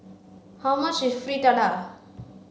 how much is Fritada